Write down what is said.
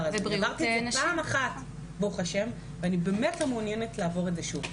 עברתי את זה פעם אחת ואני באמת לא מעוניינת לעבור את זה שוב.